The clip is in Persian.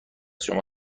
شما